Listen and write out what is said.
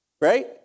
right